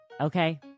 Okay